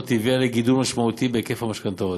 הביאה לגידול משמעותי בהיקף המשכנתאות,